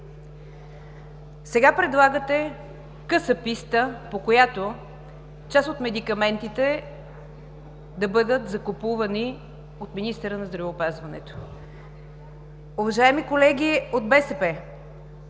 Сега предлагате „къса писта“, по която част от медикаментите да бъдат закупувани от министъра на здравеопазването. ДАНИЕЛА